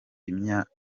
imyanzuro